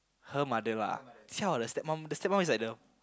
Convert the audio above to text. her mother lah tell like the stepmom the stepmom is like the